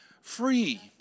free